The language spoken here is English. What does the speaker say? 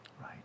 Right